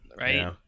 right